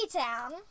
Town